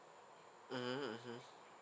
mmhmm mmhmm